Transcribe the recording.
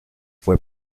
fue